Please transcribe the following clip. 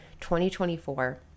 2024